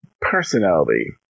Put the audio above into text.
personality